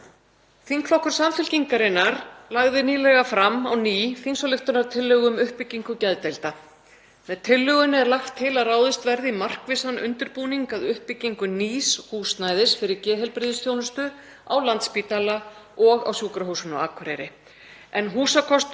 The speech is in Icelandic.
Þingflokkur Samfylkingarinnar lagði nýlega fram á ný þingsályktunartillögu um uppbyggingu geðdeilda. Með tillögunni er lagt til að ráðist verði í markvissan undirbúning að uppbyggingu nýs húsnæðis fyrir geðheilbrigðisþjónustu á Landspítala og á Sjúkrahúsinu á Akureyri en húsakostur